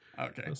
Okay